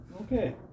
Okay